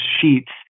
sheets